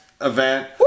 event